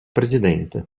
presidente